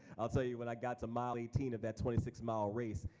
i'll tell you when i got to mile eighteen of that twenty six mile race,